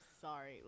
sorry